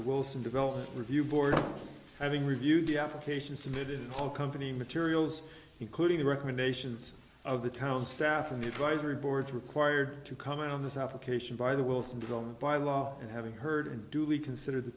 the wilson development review board having reviewed the application submitted all company materials including the recommendations of the town staff and the advisory boards required to comment on this application by the wilson drawn by law and having heard and duly considered the